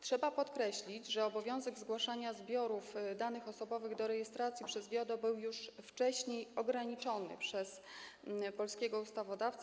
Trzeba podkreślić, że obowiązek zgłaszania zbiorów danych osobowych do rejestracji przez GIODO był już wcześniej ograniczony przez polskiego ustawodawcę.